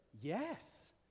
yes